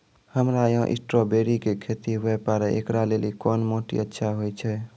हमरा यहाँ स्ट्राबेरी के खेती हुए पारे, इकरा लेली कोन माटी अच्छा होय छै?